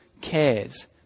cares